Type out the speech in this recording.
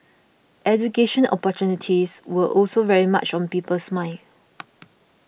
education opportunities were also very much on people's minds